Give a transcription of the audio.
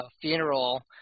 funeral